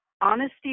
honesty